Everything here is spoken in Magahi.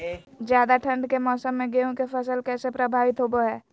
ज्यादा ठंड के मौसम में गेहूं के फसल कैसे प्रभावित होबो हय?